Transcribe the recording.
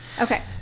Okay